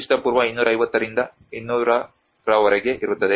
ಪೂ 250 ರಿಂದ 200 ರವರೆಗೆ ಇರುತ್ತದೆ